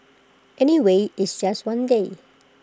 anyway it's just one day